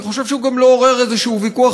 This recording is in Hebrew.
אני חושב שהוא גם לא עורר איזה ויכוח